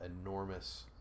enormous